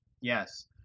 yes